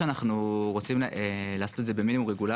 אפשר לעשות כמנגנון של פניות ציבור.